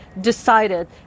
decided